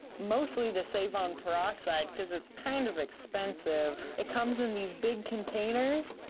mostly to save on peroxide, cuz it's kind of expensive. it comes in these big containers.